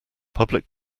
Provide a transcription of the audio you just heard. public